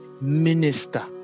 minister